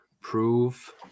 prove